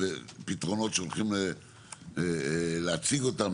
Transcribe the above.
ופתרונות שהולכים להציג אותם,